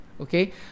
okay